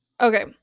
Okay